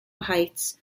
heights